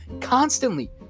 constantly